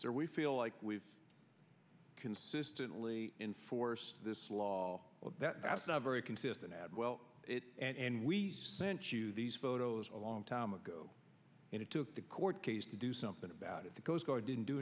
so we feel like we've consistently enforce this law that's not a very consistent ad well it and we sent you these photos a long time ago and it took the court case to do something about it the coast guard didn't do